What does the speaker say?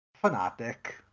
fanatic